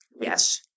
yes